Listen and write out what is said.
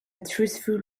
truthful